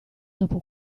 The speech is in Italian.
dopo